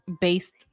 based